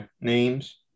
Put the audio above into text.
names